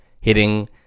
hitting